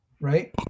Right